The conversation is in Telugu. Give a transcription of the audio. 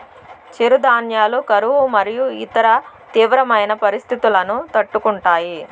చిరుధాన్యాలు కరువు మరియు ఇతర తీవ్రమైన పరిస్తితులను తట్టుకుంటాయి